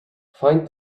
find